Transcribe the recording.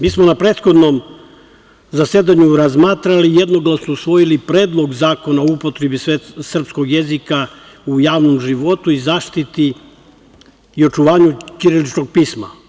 Mi smo na prethodnom zasedanju razmatrali i jednoglasno usvojili Predlog zakona o upotrebi srpskog jezika u javnom životu, zaštiti i očuvanju ćiriličnog pisma.